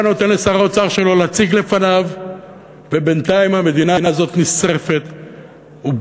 נותן לשר האוצר שלו להציג לפניו ובינתיים המדינה הזאת נשרפת ובוערת.